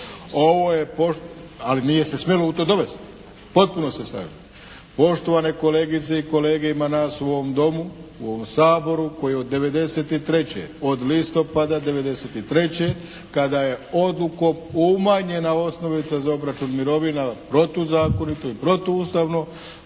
Ovo je, ali nije se smjelo u to dovesti, potpuno se slažem. Poštovane kolegice i kolege ima nas u ovom Domu, u ovom Saboru koji od '93., od listopada '93. kada je odlukom umanjena osnovica za obračun mirovina protuzakonito i protuustavno